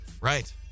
Right